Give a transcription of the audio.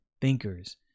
thinkers